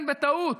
כן, בטעות.